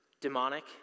demonic